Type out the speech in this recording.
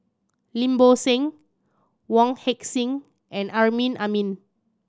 Lim Bo Seng Wong Heck Sing and Amrin Amin